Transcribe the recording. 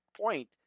point